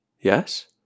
Yes